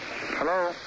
Hello